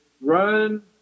run